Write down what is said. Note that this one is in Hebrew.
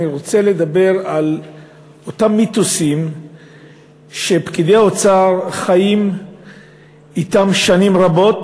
אני רוצה לדבר על אותם מיתוסים שפקידי האוצר חיים אתם שנים רבות,